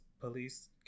police